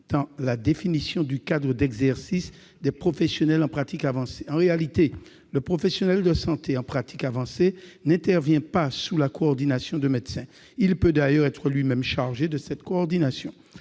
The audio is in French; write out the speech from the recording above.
dans la définition du cadre d'exercice des professionnels en pratique avancée. En réalité, le professionnel de santé en pratique avancée n'intervient pas sous la coordination d'un médecin. Il peut d'ailleurs être lui-même chargé de cette coordination.